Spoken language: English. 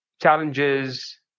challenges